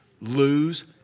Lose